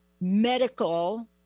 medical